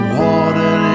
water